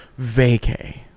vacay